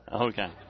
Okay